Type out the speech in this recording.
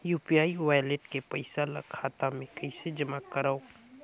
UPI wallet के पईसा ल खाता मे कइसे जमा करव?